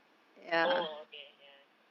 oh okay ya